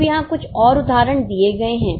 अब यहां कुछ और उदाहरण दिए गए हैं